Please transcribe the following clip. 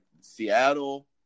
Seattle